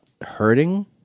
hurting